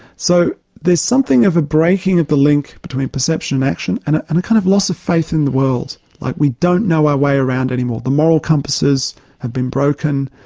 so there's something of a breaking of the link between perception and action, and a kind of loss of faith in the world, like we don't know our way around any more. the moral compasses have been broken,